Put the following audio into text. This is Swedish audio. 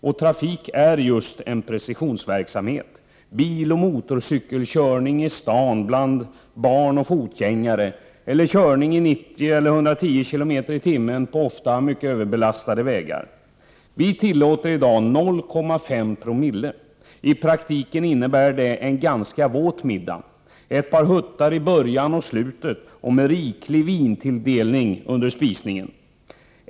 Och trafik är just en precisionsverksamhet — biloch motorcykelkörning i staden bland barn och fotgängare eller framfart i 90 eller 110 km per timme på ofta mycket överbelastade vägar. Vi tillåter i dag 0,5 promille! I praktiken innebär det att man får köra bil efter en ganska våt middag, med ett par huttar i början och i slutet och med riklig vintilldelning under spisningen.